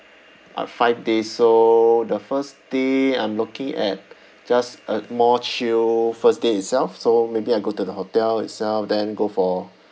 I've five days so the first day I'm looking at just uh more chill first day itself so maybe I go to the hotel itself then go for